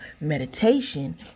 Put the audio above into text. Meditation